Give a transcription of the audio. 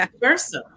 versa